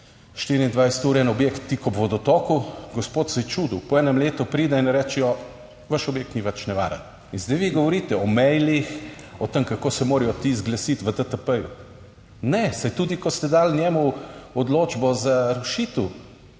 24 ur en objekt tik ob vodotoku, gospod se je čudil; po enem letu pride in rečejo, vaš objekt ni več nevaren. In zdaj vi govorite o mailih, o tem kako se morajo ti zglasiti v DTP. Ne, saj tudi, ko ste dali njemu odločbo za rušitev,